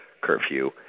curfew